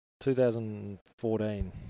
2014